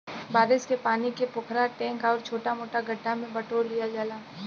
बारिश के पानी के पोखरा, टैंक आउर छोटा मोटा गढ्ढा में बटोर लिहल जाला